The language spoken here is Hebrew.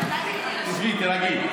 תשבי, תירגעי.